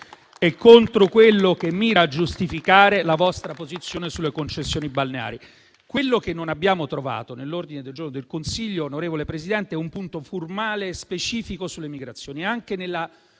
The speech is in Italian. e contro quello che mira a giustificare la vostra posizione sulle concessioni balneari. Quello che non abbiamo trovato nell'ordine del giorno del Consiglio, onorevole Presidente, è un punto formale specifico sulle migrazioni e anche nella